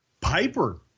Piper